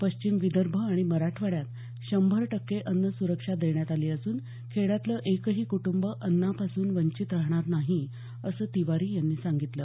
पश्चिम विदर्भ आणि मराठवाड्यात शंभर टक्के अन्न सुरक्षा देण्यात आली असून खेड्यातलं एकही कुटंब अन्नापासून वंचित राहणार नाही असं तिवारी यांनी सांगितलं